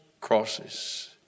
crosses